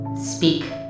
speak